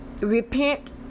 repent